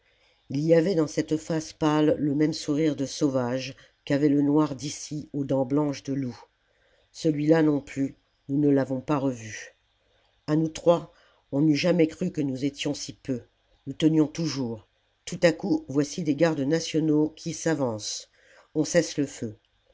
il y avait dans cette face pâle le même sourire de sauvage qu'avait le noir d'issy aux dents blanches de loup celui-là non plus nous ne l'avons pas revu a nous trois on n'eût jamais cru que nous étions si peu nous tenions toujours tout à coup voici des gardes nationaux qui s'avancent on cesse le feu